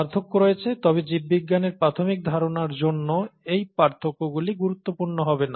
পার্থক্য রয়েছে তবে জীববিজ্ঞানের প্রাথমিক ধারণার জন্য এই পার্থক্যগুলি গুরুত্বপূর্ণ হবে না